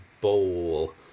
bowl